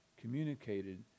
communicated